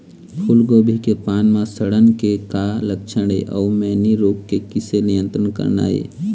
फूलगोभी के पान म सड़न के का लक्षण ये अऊ मैनी रोग के किसे नियंत्रण करना ये?